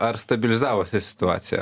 ar stabilizavosi situacija